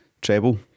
Treble